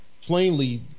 plainly